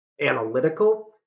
analytical